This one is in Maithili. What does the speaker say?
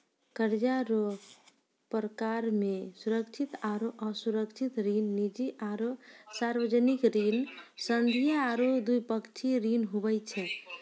कर्जा रो परकार मे सुरक्षित आरो असुरक्षित ऋण, निजी आरो सार्बजनिक ऋण, संघीय आरू द्विपक्षीय ऋण हुवै छै